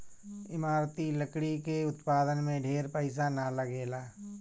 इमारती लकड़ी के उत्पादन में ढेर पईसा ना लगेला